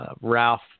Ralph